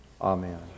Amen